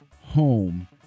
home